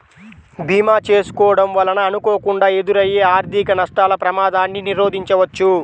భీమా చేసుకోడం వలన అనుకోకుండా ఎదురయ్యే ఆర్థిక నష్టాల ప్రమాదాన్ని నిరోధించవచ్చు